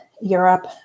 Europe